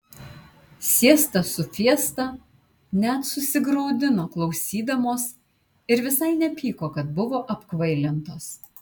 siesta su fiesta net susigraudino klausydamos ir visai nepyko kad buvo apkvailintos